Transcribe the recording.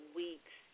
weeks